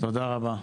תודה רבה.